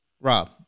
Rob